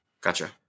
Gotcha